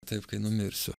taip kai numirsiu